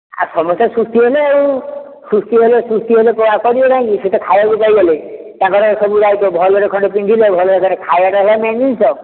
ଆଉ ସମସ୍ତେ ଖୁସି ହେଲେ ଆଉ ଖୁସି ହେଲେ ଖୁସି ହେଲେ କରିବେ କାହିଁକି ସେ ତ ଖାଇବାକୁ ପାଇଗଲେ ତାଙ୍କର ସବୁ ଦାଇତ୍ୱ ଭଲରେ ଖଣ୍ଡେ ପିନ୍ଧିଲେ ଭଲରେ ଖାଇବାଟା ହେଲା ମେନ୍ ଜିନିଷ